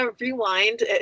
rewind